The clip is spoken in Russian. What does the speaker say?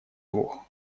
двух